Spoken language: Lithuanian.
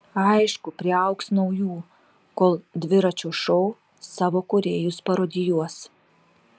aišku priaugs naujų kol dviračio šou savo kūrėjus parodijuos